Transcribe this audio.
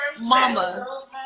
mama